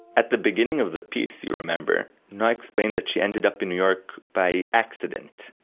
at the beginning of the piece, you remember, noa explained that she ended up in new york by accident,